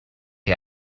chi